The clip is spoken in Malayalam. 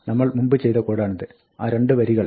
നമ്മൾ മുമ്പ് ചെയ്ത കോഡാണിത് ആ രണ്ട് വരികൾ